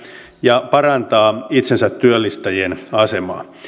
ja parantaa itsensätyöllistäjien asemaa